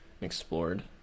explored